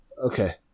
okay